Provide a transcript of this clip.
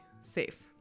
safe